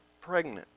pregnant